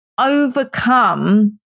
overcome